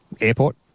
Airport